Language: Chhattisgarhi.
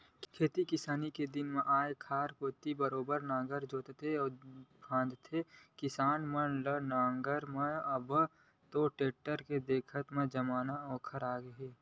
खेती किसानी के दिन आय म खार कोती बरोबर नांगर जोतत पातेस किसान मन ल नांगर म अब तो टेक्टर दिखथे जमाना ओखरे हे